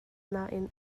nain